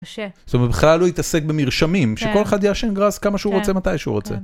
זאת אומרת הוא בכלל לא התעסק במרשמים, שכל אחד יעשן גרס כמה שהוא רוצה מתי שהוא רוצה.